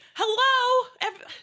hello